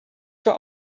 für